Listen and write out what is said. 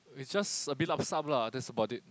it's just a bit lup-sup lah that's about it